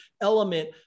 element